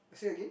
say again